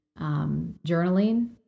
journaling